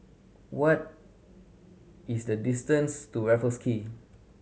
what is the distance to Raffles Quay